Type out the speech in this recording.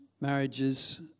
marriages